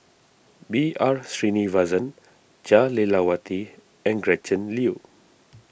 B R Sreenivasan Jah Lelawati and Gretchen Liu